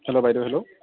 hello বাইদেউ hello